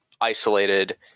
isolated